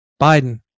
Biden